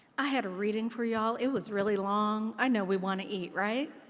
i had a reading for y'all. it was really long. i know we want to eat. right?